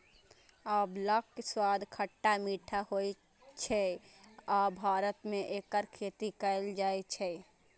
आंवलाक स्वाद खट्टा मीठा होइ छै आ भारत मे एकर खेती कैल जाइ छै